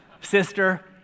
sister